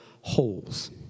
Holes